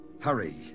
Hurry